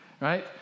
Right